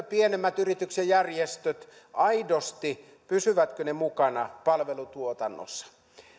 pienemmät yritykset järjestöt aidosti mukana palvelutuotannossa